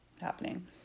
happening